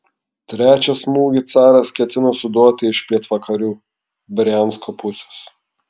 trečią smūgį caras ketino suduoti iš pietvakarių briansko pusės